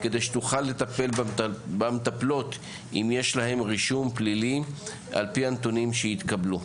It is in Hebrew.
כדי שתוכל לטפל במטפלות אם יש להן רישום פלילי על-פי הנתונים שהתקבלו.